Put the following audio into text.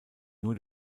nur